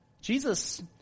Jesus